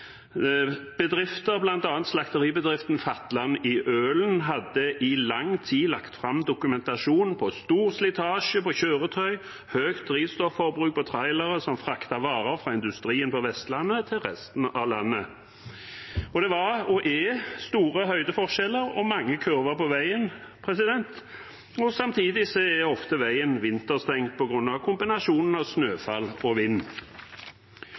Bedrifter, bl.a. slakteribedriften Fatland i Ølen, hadde i lang tid lagt fram dokumentasjon på stor slitasje på kjøretøy og høyt drivstofforbruk på trailere som fraktet varer fra industrien på Vestlandet til resten av landet. Det var – og er – store høydeforskjeller og mange kurver på veien, og samtidig er ofte veien vinterstengt på grunn av kombinasjonen av snøfall og vind.